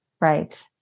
Right